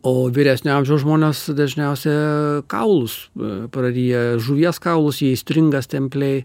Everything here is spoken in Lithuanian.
o vyresnio amžiaus žmonės dažniausia kaulus praryja žuvies kaulus jie įstringa stemplėj